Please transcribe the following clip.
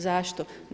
Zašto?